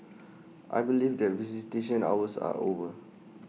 I believe that visitation hours are over